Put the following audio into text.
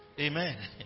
Amen